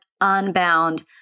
Unbound